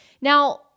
Now